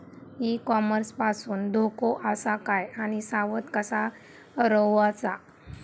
E commerce पासून धोको आसा काय आणि सावध कसा रवाचा?